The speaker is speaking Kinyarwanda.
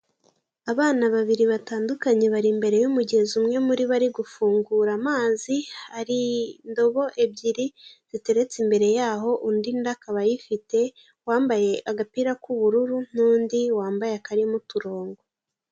Abana babiri batandukanye bari imbere y'umugezi umwe muri bo ari ari gufungura amazi, hari indobo ebyiri ziteretse imbere yaho undi, undi akaba ayifite uwambaye agapira k'ubururu n'undi wambaye akarimo uturongo.